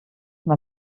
man